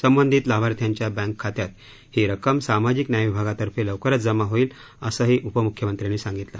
संबंधित लाभार्थ्यांच्या बँक खात्यात ही रक्कम सामाजिक न्याय विभागातर्फ लवकरच जमा होईल असेही उपमुख्यमंत्र्यांनी सांगितले